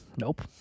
nope